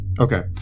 Okay